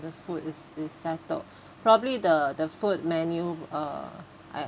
the food is is settled probably the the food menu uh I